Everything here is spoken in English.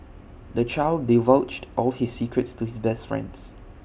the child divulged all his secrets to his best friends